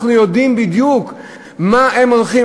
אנחנו יודעים בדיוק למה הם הולכים.